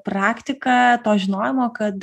praktika to žinojimo kad